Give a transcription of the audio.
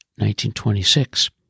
1926